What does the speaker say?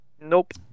Nope